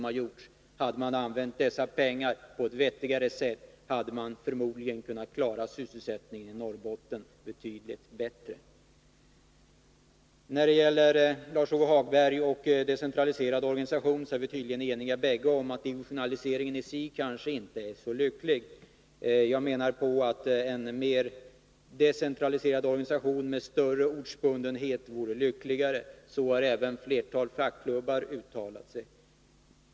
Hade dessa pengar använts på ett vettigare sätt hade man förmodligen kunnat klara sysselsättningen i Norrbotten betydligt bättre. Lars-Ove Hagberg och jag är tydligen överens om att divisionaliseringen i sig kanske inte är så lycklig. Jag menar att en mer decentraliserad organisation med större ortsbundenhet vore lyckligare. Så har även flertalet fackklubbar uttalat sig.